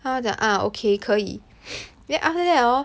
他讲 ah ok 可以 then after that hor